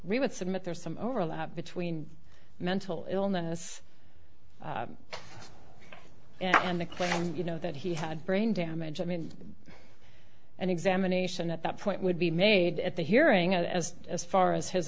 remote submit there's some overlap between mental illness and the claim you know that he had brain damage i mean an examination at that point would be made at the hearing and as as far as his